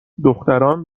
دختران